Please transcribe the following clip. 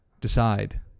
decide